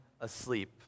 asleep